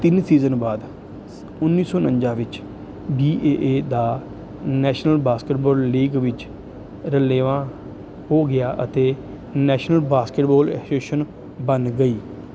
ਤਿੰਨ ਸੀਜ਼ਨ ਬਾਅਦ ਉੱਨੀ ਸੌ ਉਣੰਜਾ ਵਿੱਚ ਬੀ ਏ ਏ ਦਾ ਨੈਸ਼ਨਲ ਬਾਸਕਟਬਾਲ ਲੀਗ ਵਿੱਚ ਰਲੇਵਾਂ ਹੋ ਗਿਆ ਅਤੇ ਨੈਸ਼ਨਲ ਬਾਸਕਟਬਾਲ ਐਸੋਸੀਏਸ਼ਨ ਬਣ ਗਈ